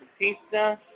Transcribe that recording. Batista